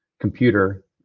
computer